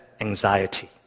anxiety